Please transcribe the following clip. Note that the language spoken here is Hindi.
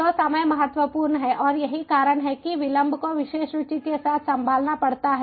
तो समय महत्वपूर्ण है और यही कारण है कि विलंब को विशेष रुचि के साथ संभालना पड़ता है